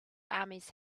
armies